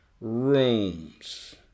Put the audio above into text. rooms